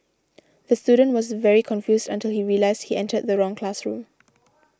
the student was very confused until he realised he entered the wrong classroom